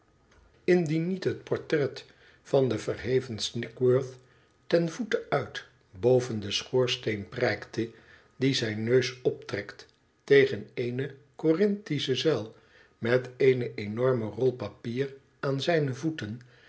indien niet het portret van den verheven snigsworth ten voete uit boven den schoorsteen prijkte die zijn neus optrekt tegen eene corinthische zuil met eene enorme rol papier aan zijne voeten